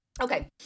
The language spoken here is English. Okay